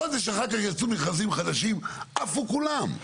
חודש אחר כך יצאו מכרזים חדשים, עפו כולם.